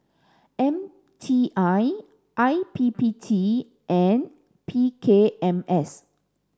M T I I P P T and P K M S